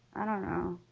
i don't know